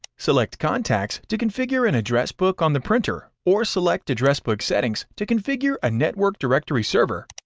select contacts to configure an address book on the printer or select address book settings to configure a network directory server,